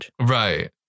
Right